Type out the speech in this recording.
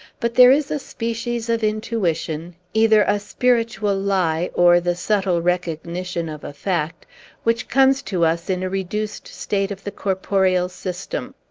but there is a species of intuition either a spiritual lie or the subtile recognition of a fact which comes to us in a reduced state of the corporeal system.